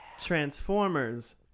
Transformers